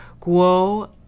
Guo